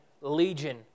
Legion